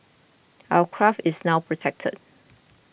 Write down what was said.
our craft is now protected